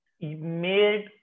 made